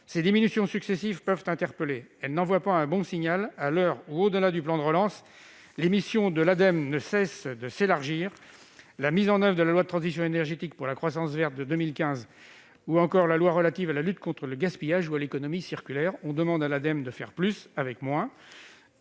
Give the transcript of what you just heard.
ces diminutions successives peuvent interpeller. Elles n'envoient pas un bon signal à l'heure où, au-delà du plan de relance, les missions de l'Ademe ne cessent de s'élargir par la mise en oeuvre de la loi de transition énergétique pour la croissance verte de 2015 ou de celle relative à la lutte contre le gaspillage et à l'économie circulaire. On demande à l'Ademe de faire plus avec moins.